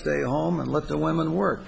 stay home and let the women work